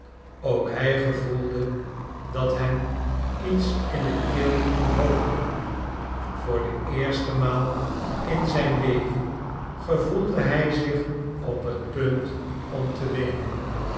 ook hij gevoelde dat hem iets in de keel omhoog drong voor de eerste maal in zijn leven gevoelde hij zich op het punt om te weenen